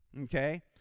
Okay